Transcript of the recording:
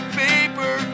paper